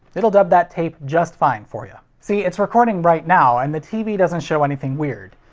it will dub that tape just fine for ya. see, it's recording right now, and the tv doesn't show anything weird.